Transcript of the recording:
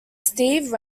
steve